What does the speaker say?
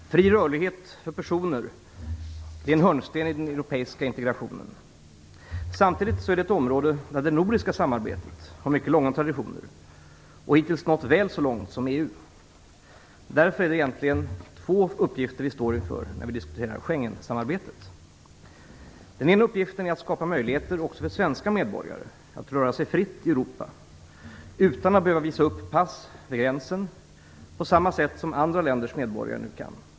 Herr talman! Fri rörlighet för personer är en hörnsten i den europeiska integrationen. Samtidigt är det ett område där det nordiska samarbetet har mycket långa traditioner och hittills nått väl så långt som EU. Därför är det egentligen två uppgifter vi står inför när vi diskuterar Schengensamarbetet. Den ena uppgiften är att skapa möjligheter också för svenska medborgare att röra sig fritt i Europa utan att behöva visa upp pass vid gränsen, på samma sätt som andra länders medborgare nu kan.